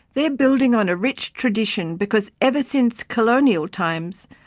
they are building on a rich tradition because ever since colonial times,